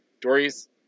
Dory's